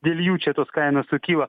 dėl jų čia tos kainos sukyla